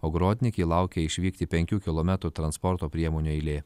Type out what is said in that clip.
ogrodniki laukia išvykti penkių kilometrų transporto priemonių eilė